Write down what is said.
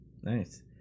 Nice